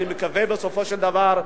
אני מקווה שבסופו של דבר,